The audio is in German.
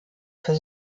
für